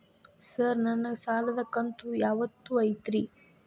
Sir ನನ್ನ ಸಾಲದ ಕಂತು ಯಾವತ್ತೂ ಐತ್ರಿ?